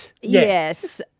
Yes